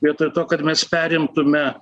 vietoj to kad mes perimtume